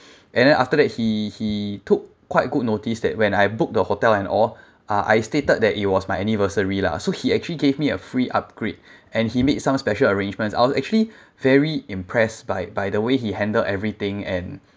and then after that he he took quite good notice that when I booked the hotel and all uh I stated that it was my anniversary lah so he actually gave me a free upgrade and he made some special arrangements I was actually very impressed by by the way he handled everything and